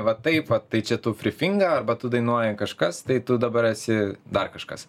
va taip vat tai čia tu prifinga arba tu dainuoji kažkas tai tu dabar esi dar kažkas